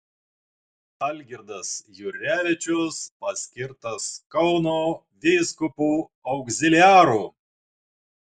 algirdas jurevičius paskirtas kauno vyskupu augziliaru